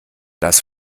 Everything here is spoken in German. das